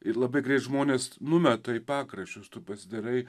ir labai greit žmonės numeta į pakraščius tu pasidarai